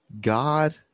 God